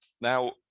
Now